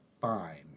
fine